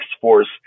force